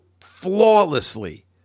flawlessly